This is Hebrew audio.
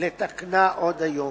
לתקנה היום.